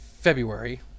February